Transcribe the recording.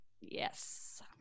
Yes